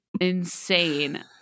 insane